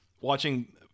watching